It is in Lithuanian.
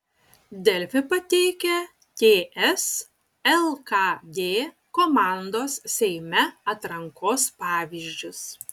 delfi pateikia ts lkd komandos seime atrankos pavyzdžius